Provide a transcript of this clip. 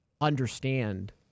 understand